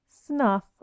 snuff